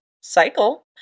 cycle